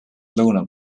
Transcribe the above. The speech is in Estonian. lõuna